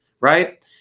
right